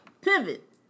pivot